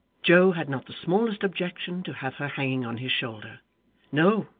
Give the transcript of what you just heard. joe had not the smallest objection to have her hanging on his shoulder no,